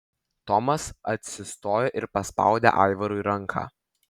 tomas atsistojo ir paspaudė aivarui ranką